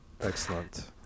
Excellent